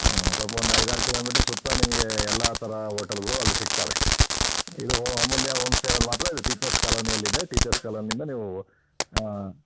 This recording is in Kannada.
ಸ್ವಲ್ಪ ಒಂದು ಐದಾರು ಕಿಲೋಮೀಟರ್ ಸುತ್ತ ನಿಮಗೆ ಎಲ್ಲ ಥರ ಹೋಟೆಲ್ಗಳು ಅಲ್ಲಿ ಸಿಗ್ತವೆ ಇದು ಅಮೂಲ್ಯ ಹೋಂಸ್ಟೇನಲ್ಲಿ ಮಾತ್ರ ಇದು ಟೀಚರ್ಸ್ ಕಾಲೊನಿಯಲ್ಲಿದೆ ಟೀಚರ್ಸ್ ಕಾಲೊನಿಯಿಂದ ನೀವು